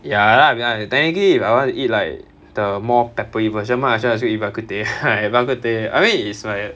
ya lah technically if I want to eat like the more peppery version might as well ask you eat bak kut teh like bak kut teh I mean it's my